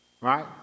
right